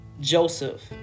Joseph